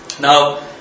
Now